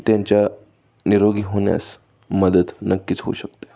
त्यांच्या निरोगी होण्यास मदत नक्कीच होऊ शकते